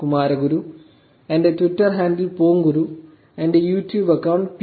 കുമാരഗുരു എന്റെ Twitter handle പോങ്കുരു എന്റെ യൂട്യൂബ് അക്കൌണ്ട് പി